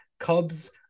Cubs